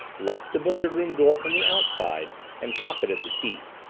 locked the billiard room door from the outside, and pocketed the key.